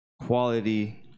quality